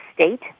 state